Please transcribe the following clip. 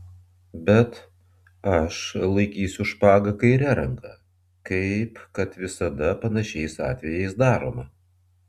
bet aš laikysiu špagą kaire ranka kaip kad visada panašiais atvejais daroma